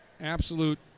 absolute